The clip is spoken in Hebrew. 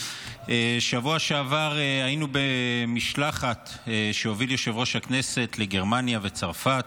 בשבוע שעבר היינו במשלחת שהוביל יושב-ראש הכנסת לגרמניה וצרפת.